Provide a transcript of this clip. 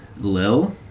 Lil